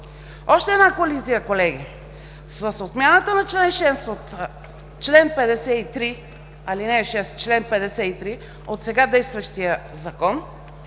Още една колизия, колеги, с отмяната на чл. 53, ал. 6, от сега действащия Закон,